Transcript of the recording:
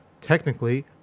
Technically